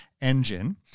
engine